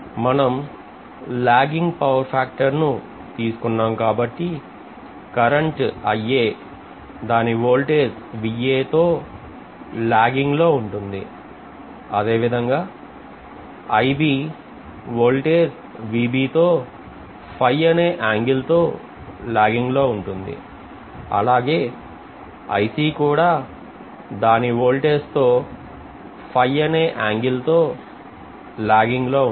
మనం lagging power factor ను తీసుకున్నాం కాబట్టి కరెంటు దాని వోల్టాజ్ Va తో లాగింగ్ లో ఉంటుంది అదేవిధంగా వోల్టేజ్ Vb తో అనే ఏంగెల్ తో లాగింగ్ లోఉంటుంది అలాగే కూడా దాని వోల్టాజ్ తో అనే ఏంగెల్ తో లాగింగ్ లో ఉంటుంది